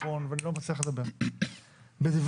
אני לא מתנגד לשילוב של מגורים באזורי